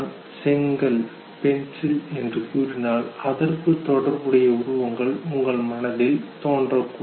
நான் செங்கல் பென்சில் என்று கூறினால் அதற்கு தொடர்புடைய உருவங்கள் உங்கள் மனதில் உடனடியாக தோன்றும்